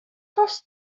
cross